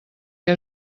que